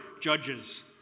judges